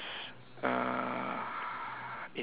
uh